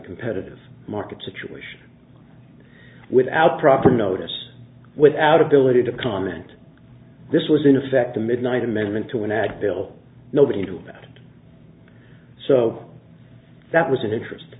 competitive market situation without proper notice without ability to comment this was in effect a midnight amendment to an ag bill nobody knew that so that was an interest